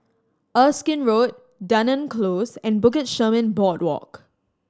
Erskine Road Dunearn Close and Bukit Chermin Boardwalk